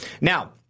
Now